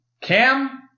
Cam